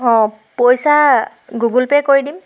অঁ পইচা Google pay কৰি দিম